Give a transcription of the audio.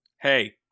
Hey